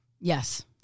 Yes